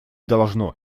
должно